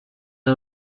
est